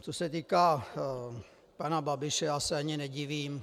Co se týká pana Babiše, já se ani nedivím.